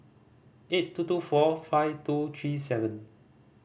eight two two four five two three seven